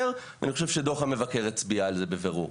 ואני חושב דוח המבקר הצביע על זה בבירור,